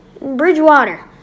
Bridgewater